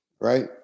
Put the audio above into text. right